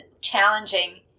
challenging